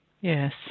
Yes